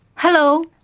hello,